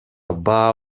баа